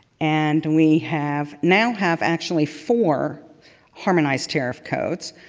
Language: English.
and we have now have, actually, four harmonized tariff codes.